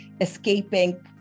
escaping